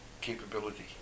capability